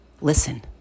listen